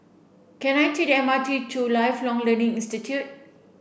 can I take the M R T to Lifelong Learning Institute